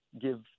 give